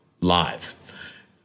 live